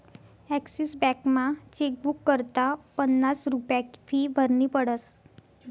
Axis बॅकमा chequebook करता पन्नास रुप्या फी भरनी पडस